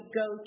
go